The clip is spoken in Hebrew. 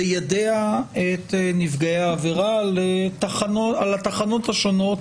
ליידע את נפגעי העבירה על התחנות השונות